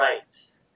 rights